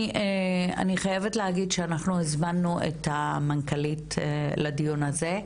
אני חייבת להגיד שהזמנו את המנכ"לית לדיון הזה,